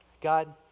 God